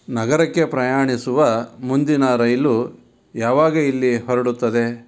ನಗರಕ್ಕೆ ಪ್ರಯಾಣಿಸುವ ಮುಂದಿನ ರೈಲು ಯಾವಾಗ ಇಲ್ಲಿ ಹೊರಡುತ್ತದೆ